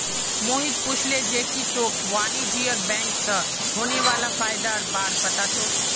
मोहित पूछले जे की तोक वाणिज्यिक बैंक स होने वाला फयदार बार पता छोक